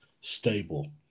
stable